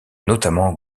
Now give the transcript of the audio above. notamment